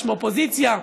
שמופוזיציה.